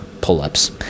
pull-ups